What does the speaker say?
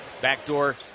Backdoor